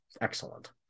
excellent